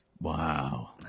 Wow